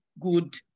good